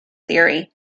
theory